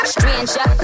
Stranger